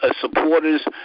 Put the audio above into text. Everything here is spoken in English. supporters